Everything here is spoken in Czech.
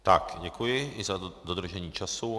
Tak, děkuji i za dodržení času.